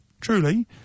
truly